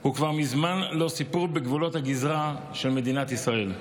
הוא כבר מזמן לא סיפור בגבולות הגזרה של מדינת ישראל.